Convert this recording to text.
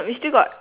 we still got